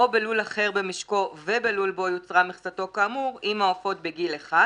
או בלול אחר במשקו ובלול בו יוצרה מכסתו כאמור אם העופות בגיל אחד,